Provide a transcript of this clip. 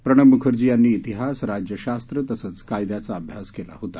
प्रणव मुखर्जी यांनी इतिहास राज्यशास्त्र तसंच कायद्याचा अभ्यास केला होता